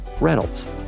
Reynolds